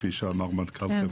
כפי שאמר מנכ"ל חברת החשמל.